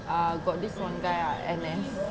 ah got this one guy ah N_S